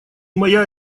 моя